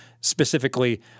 specifically